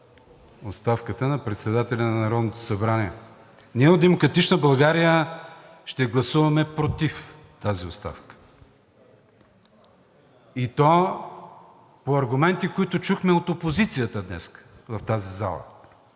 оставката на председателя на Народното събрание. Ние от „Демократична България“ ще гласуваме против тази оставка, и то по аргументи, които чухме от опозицията днес в тази зала